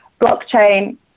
Blockchain